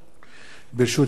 ברשות יושב-ראש הישיבה,